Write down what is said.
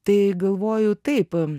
tai galvoju taip